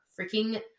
Freaking